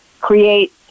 create